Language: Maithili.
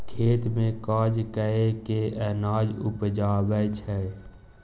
खेत मे काज कय केँ अनाज उपजाबै छै